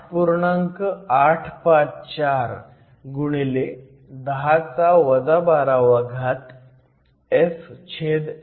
854 x 10 12 F m 1